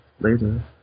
later